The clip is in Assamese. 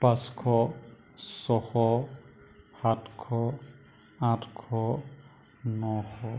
পাঁচশ ছশ সাতশ আঠশ নশ